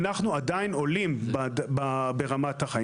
אנחנו עדיין עולים ברמת החיים.